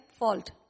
fault